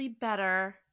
better